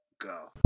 go